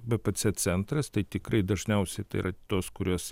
bpc centras tai tikrai dažniausiai tai yra tos kurios